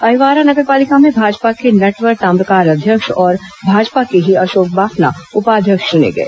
अहिवारा नगर पालिका में भाजपा के नटवर ताम्रकार अध्यक्ष और भाजपा के ही अशोक बाफना उपाध्यक्ष चुने गए